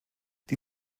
die